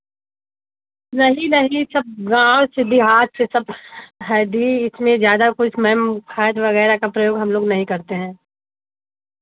नहीं नहीं सब गाँव से देहात से सब है दी इसमें ज़्यादा कुछ मैम खाद वगैरह का प्रयोग हम लोग नहीं करते हैं